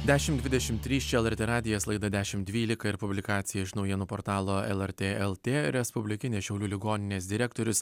dešimt dvidešimt trys čia lrt radijas laida dešimt dvylika ir publikacija iš naujienų portalo lrt lt respublikinės šiaulių ligoninės direktorius